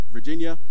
Virginia